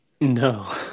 No